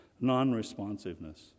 non-responsiveness